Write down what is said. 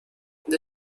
the